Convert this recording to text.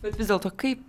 bet vis dėlto kaip